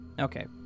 Okay